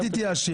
אל תתייאשי,